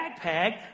backpack